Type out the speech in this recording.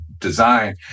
design